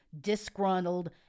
disgruntled